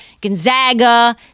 Gonzaga